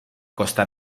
costa